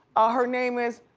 ah her name is.